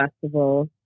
Festival